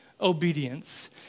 obedience